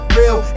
real